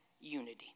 unity